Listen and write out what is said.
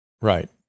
Right